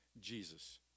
Jesus